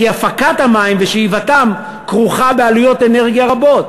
כי הפקת המים ושאיבתם כרוכות בעלויות אנרגיה רבות.